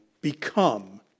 become